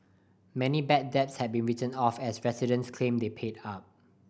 many bad debts had to be written off as residents claim they paid up